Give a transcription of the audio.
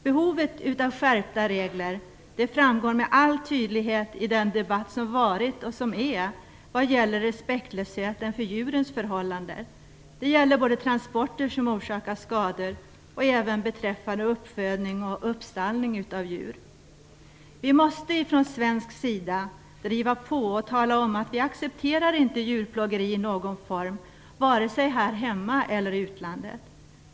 Behovet av skärpta regler framgår med all tydlighet i den debatt som varit och som är vad gäller respektlösheten för djurens förhållanden. Det gäller såväl transporter som orsakar skador som uppfödning och uppstallning av djur. Vi i Sverige måste driva på och tala om att vi inte accepterar djurplågeri i någon form, vare sig här hemma eller i utlandet.